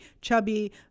chubby